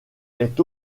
est